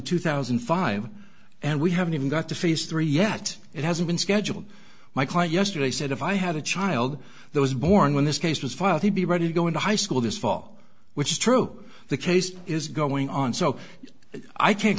two thousand and five and we haven't even got to phase three yet it hasn't been scheduled my client yesterday said if i had a child that was born when this case was filed he'd be ready to go into high school this fall which is true the case is going on so i can't